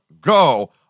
go